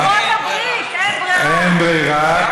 לוחות הברית, אין ברירה.